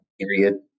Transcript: period